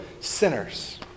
sinners